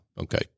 Okay